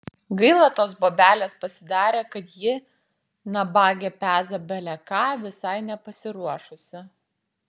gaila tos bobelės pasidarė kad ji nabagė peza bele ką visai nepasiruošusi